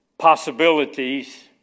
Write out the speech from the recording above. possibilities